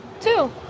two